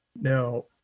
no